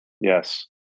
Yes